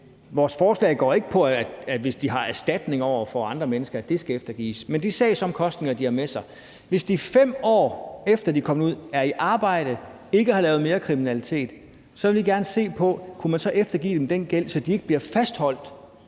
Vores forslag går ikke på, at det skal eftergives, hvis de skal betale erstatning til andre mennesker, men det er de sagsomkostninger, de har med sig. Hvis de, 5 år efter de er kommet ud, er i arbejde og ikke har lavet mere kriminalitet, vil vi gerne se på, om man så kunne eftergive dem den gæld, så de ikke bliver fastholdt